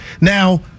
Now